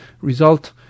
result